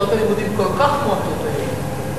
שעות הלימודים כל כך מועטות היום.